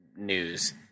News